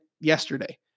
yesterday